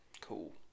Cool